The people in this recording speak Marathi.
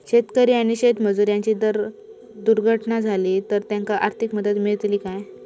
शेतकरी आणि शेतमजूर यांची जर दुर्घटना झाली तर त्यांका आर्थिक मदत मिळतली काय?